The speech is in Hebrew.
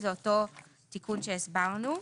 זה אותו תיקון שהסברנו.